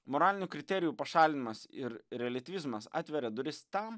moralinių kriterijų pašalinimas ir reliatyvizmas atveria duris tam